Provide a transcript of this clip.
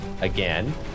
again